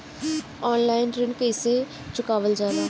Online ऋण कईसे चुकावल जाला?